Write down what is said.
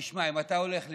תשמע, אם אתה הולך לאיבוד,